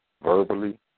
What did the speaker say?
Verbally